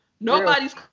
nobody's